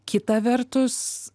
kita vertus